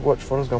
what forrest gump